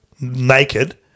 naked